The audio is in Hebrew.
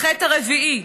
החטא הרביעי: